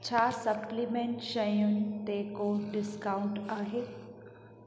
छा सप्लीमेंट शयुनि ते को डिस्काउंट आहे